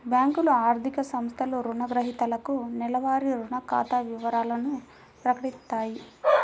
బ్యేంకులు, ఆర్థిక సంస్థలు రుణగ్రహీతలకు నెలవారీ రుణ ఖాతా వివరాలను ప్రకటిత్తాయి